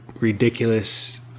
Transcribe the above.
ridiculous